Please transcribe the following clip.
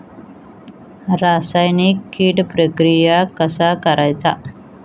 रासायनिक कीड प्रक्रिया कसा करायचा?